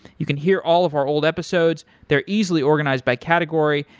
you can hear all of our old episodes. they're easily organized by category,